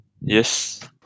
Yes